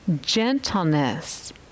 gentleness